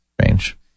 Strange